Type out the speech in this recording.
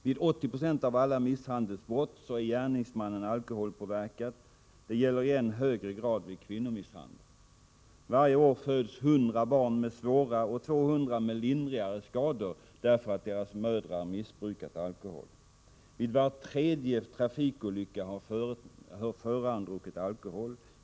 Vid 80 96 av alla misshandelsbrott är gärningsmannen alkoholpåverkad. Detta gäller i än högre grad vid kvinnomisshandel. Varje år föds 100 barn med svåra och 200 med lindrigare skador därför att deras mödrar missbrukat alkohol. Vid var tredje trafikolycka har föraren druckit alkohol.